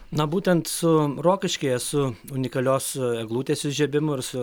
na būtent rokiškyje su unikalios eglutės įžiebimu ir su